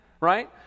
right